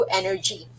energy